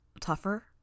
Tougher